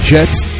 Jets